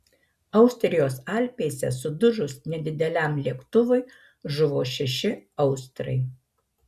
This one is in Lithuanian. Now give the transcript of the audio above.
austrijos alpėse sudužus nedideliam lėktuvui žuvo šeši austrai